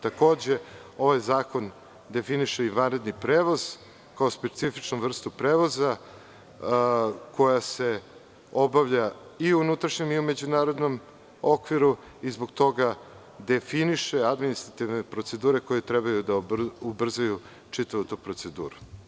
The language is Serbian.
Takođe, ovaj zakon definiše i vanredni prevoz, kao specifičnu vrstu prevoza koja se obavlja i u unutrašnjem i u međunarodnom okviru i zbog toga definiše administrativne procedure koje treba da ubrzaju čitavu tu proceduru.